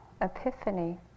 epiphany